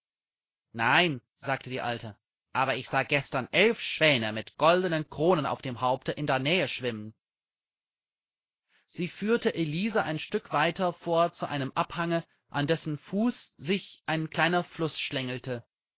nein sagte die alte aber ich sah gestern elf schwäne mit goldenen kronen auf dem haupte in der nähe schwimmen sie führte elisa ein stück weiter vor zu einem abhange an dessen fuß sich ein kleiner fluß schlängelte